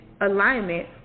alignment